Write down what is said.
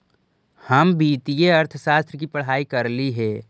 हम वित्तीय अर्थशास्त्र की पढ़ाई करली हे